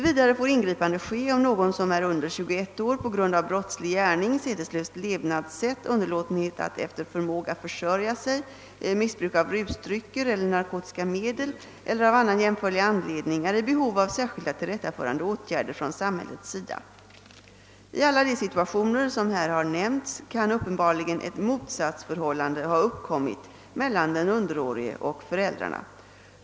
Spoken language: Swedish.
Vidare får ingripande ske om någon som är under tjugoett år på grund av brottslig gärning, sedeslöst levnadssätt, underlåtenhet att efter förmåga försörja sig, missbruk av rusdrycker eller narkotiska medel eller av annan jämförlig anledning är i behov av särskilda tillrättaförande åtgärder från samhällets sida. I alla de situationer som här har nämnts kan uppenbarligen ett motsatsförhållande ha uppkommit mellan den underårige och föräldrarna.